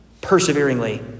perseveringly